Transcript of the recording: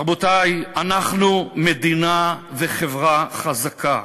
רבותי, אנחנו מדינה וחברה חזקה.